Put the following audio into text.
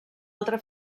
altra